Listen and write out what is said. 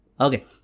okay